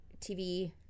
tv